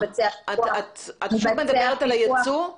את שוב מדברת על היצוא?